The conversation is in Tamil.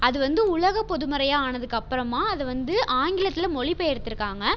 அது வந்து உலகப் பொதுமறையாக ஆனதுக்கு அப்புறமாக அதை வந்து ஆங்கிலத்தில் மொழிபெயர்த்திருக்காங்க